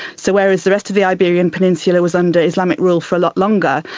so whereas the rest of the iberian peninsula was under islamic rule for a lot longer,